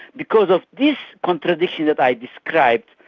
because of this contradiction that i described,